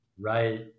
right